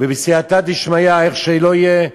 ובסייעתא דשמיא, איך שלא יהיה,